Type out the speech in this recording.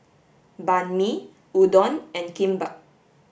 Banh Mi Udon and Kimbap